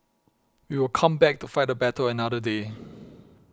we will come back to fight the battle another day